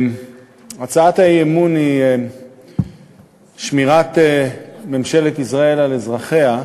הצעת האי-אמון היא: שמירת ממשלת ישראל על אזרחיה.